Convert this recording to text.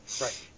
Right